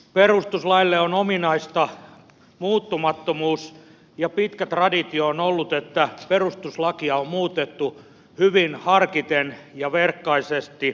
perustuslaille on ominaista muuttumattomuus ja pitkä traditio on ollut että perustuslakia on muutettu hyvin harkiten ja verkkaisesti